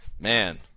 Man